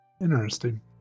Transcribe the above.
interesting